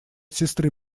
сестры